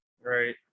Right